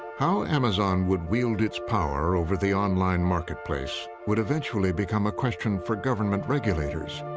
how amazon would wield its power over the online marketplace would eventually become a question for government regulators,